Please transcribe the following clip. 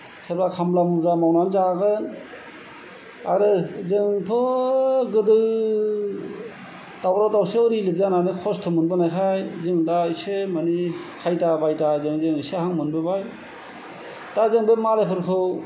सोरबा खामला मुजरा मावनानै जागोन आरो जोंथ' गोदो दावराव दावसियाव रिलिफ जाबोनानै खस्त' मोनबोनायखाय जों दा इसे माने खायथा बायथा जों इसे मोनबोबाय दा जों बे मालायफोरखौ